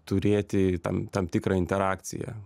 turėti tam tam tikrą interakciją